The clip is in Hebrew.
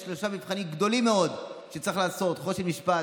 יש שלושה מבחנים גדולים מאוד שצריך לעשות: חושן משפט,